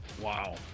Wow